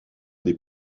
des